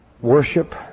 worship